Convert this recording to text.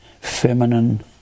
feminine